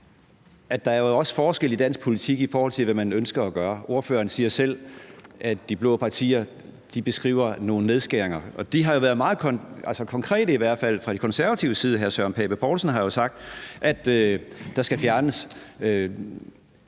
at der jo også er forskel i dansk politik, i forhold til hvad man ønsker at gøre. Ordføreren siger selv, at de blå partier beskriver nogle nedskæringer, og de har jo i hvert fald fra De Konservatives side været meget konkrete. Hr. Søren Pape Poulsen har sagt, at der skal fjernes